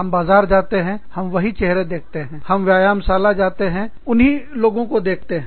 हम बाजार जाते हैं हम वही चेहरे देखते हैं हम व्यायामशाला जिमजाते हैं उन्ही लोगों को देखते हैं